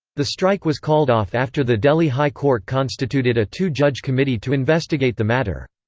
the strike was called off after the delhi high court constituted a two-judge committee to investigate the matter.